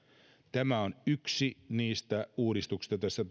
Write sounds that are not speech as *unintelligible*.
tämä on yksi niistä uudistuksista joita tässä *unintelligible*